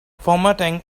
formatting